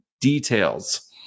details